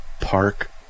Park